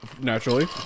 Naturally